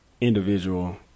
individual